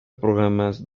programas